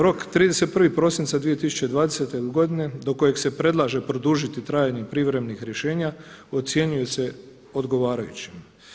Rok 31. prosinca 2020. godine do kojeg se predlaže produžiti trajanje privremenih rješenja ocjenjuje se odgovarajućim.